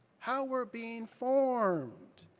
how we're being formed.